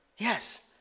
Yes